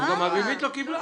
אז גם אביבית לא קיבלה?